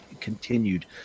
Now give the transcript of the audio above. continued